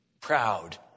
proud